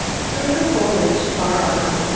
through the foliage, farther on,